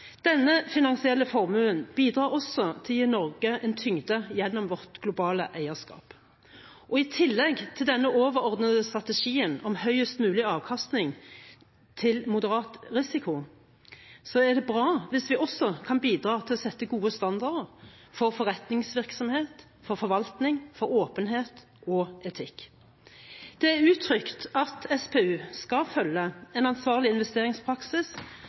Denne finansielle formuen bidrar også til å gi Norge en tyngde gjennom vårt globale eierskap. I tillegg til denne overordnede strategien om høyest mulig avkastning til moderat risiko er det bra hvis vi også kan bidra til å sette gode standarder for forretningsvirksomhet, forvaltning, åpenhet og etikk. Det er uttrykt at SPU skal følge en ansvarlig investeringspraksis